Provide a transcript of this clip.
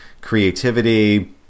creativity